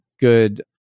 good